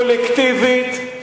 קולקטיבית,